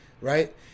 right